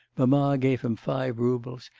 mamma gave him five roubles,